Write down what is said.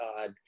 God